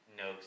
no